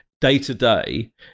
day-to-day